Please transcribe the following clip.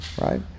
right